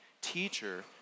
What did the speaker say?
teacher